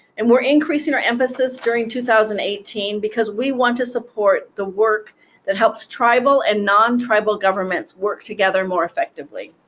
and we're increasing our emphasis during two thousand and eighteen because we want to support the work that helps tribal and non-tribal governments work together more effectively.